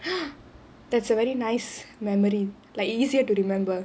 that's a very nice memory like easier to remember